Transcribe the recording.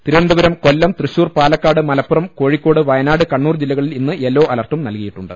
Thiruvananthapuram Kollam Thrissur Palakkad Malappuram Kozhikode Wayanad Kannur ജില്ലകളിൽ ഇന്ന് yellow അലർട്ടും നൽകിയിട്ടുണ്ട്